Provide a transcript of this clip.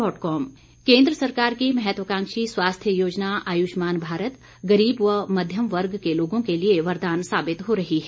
आयुष्मान भारत केन्द्र सरकार की महत्वकांक्षी स्वास्थ्य योजना आयुष्मान भारत गरीब व मध्यम वर्ग के लोगों के लिए वरदान साबित हो रही है